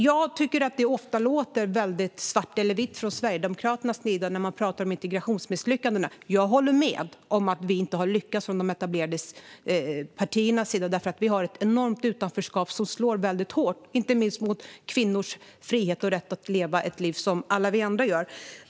Jag tycker att det ofta är väldigt svart eller vitt från Sverigedemokraternas sida när man pratar om integrationsmisslyckandena. Jag håller med om att de etablerade partierna inte har lyckats. Vi har ett enormt utanförskap som slår väldigt hårt inte minst mot kvinnors frihet och rätt att leva ett liv som alla andra.